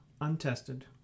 Untested